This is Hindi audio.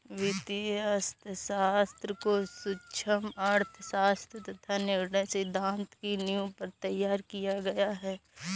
वित्तीय अर्थशास्त्र को सूक्ष्म अर्थशास्त्र तथा निर्णय सिद्धांत की नींव पर तैयार किया गया है